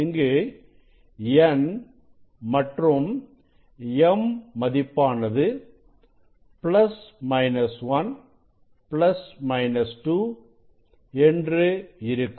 இங்கு n மற்றும் m மதிப்பானது பிளஸ் மைனஸ் 1 பிளஸ் மைனஸ் 2 என்று இருக்கும்